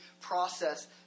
process